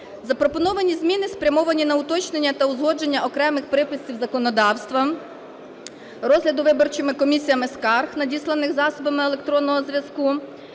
Запропоновані зміни спрямовані на уточнення та узгодження окремих приписів законодавства; розгляду виборчими комісіями скарг, надісланих засобами електронного зв'язку;